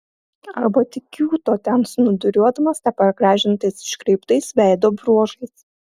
arba tik kiūto ten snūduriuodamas nepagražintais iškreiptais veido bruožais